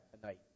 tonight